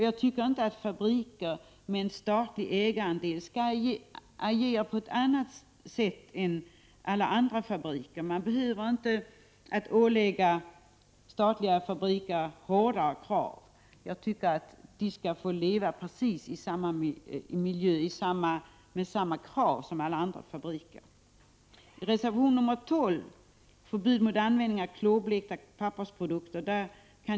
Jag anser inte att fabriker med en statlig ägarandel skall agera på ett annat sätt än andra fabriker. Man behöver inte ålägga statliga fabriker hårdare krav. Jag tycker att de skall få arbeta precis enligt samma krav som andra fabriker. Reservation 12 handlar om förbud mot klorblekta pappersprodukter.